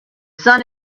sun